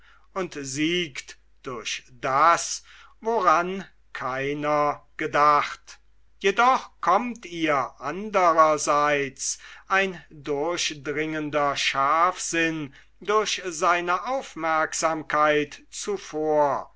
und siegt durch das woran keiner gedacht jedoch kommt ihr andrerseits ein durchdringender scharfsinn durch seine aufmerksamkeit zuvor